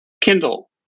Kindle